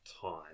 time